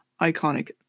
Iconic